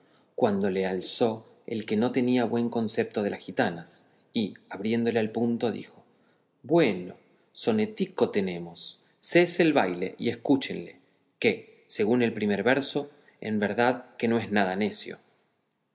cuando le alzó el que no tenía buen concepto de las gitanas y abriéndole al punto dijo bueno sonetico tenemos cese el baile y escúchenle que según el primer verso en verdad que no es nada necio